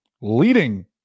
leading